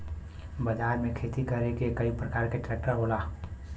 बाजार में खेती करे के कई परकार के ट्रेक्टर होला